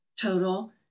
total